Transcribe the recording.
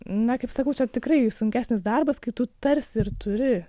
na kaip sakau čia tikrai sunkesnis darbas kai tu tarsi ir turi